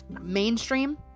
mainstream